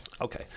Okay